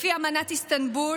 לפי אמנת איסטנבול,